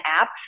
app